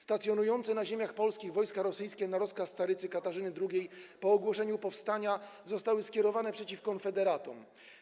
Stacjonujące na ziemiach polskich wojska rosyjskie na rozkaz carycy Katarzyny II po ogłoszeniu powstania zostały skierowane przeciw konfederatom.